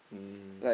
mm